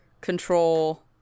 control